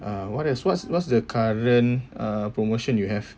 uh what else what's what's the current uh promotion you have